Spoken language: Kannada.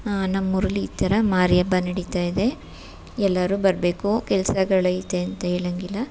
ನಮ್ಮೂರಲ್ಲಿ ಈ ಥರ ಮಾರಿ ಹಬ್ಬ ನಡಿತಾಯಿದೆ ಎಲ್ಲರು ಬರಬೇಕು ಕೆಲಸಗಳೈತೆ ಅಂತ ಹೇಳಂಗಿಲ್ಲ